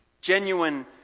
genuine